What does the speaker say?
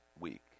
week